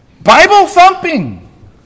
Bible-thumping